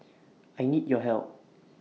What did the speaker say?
I need your help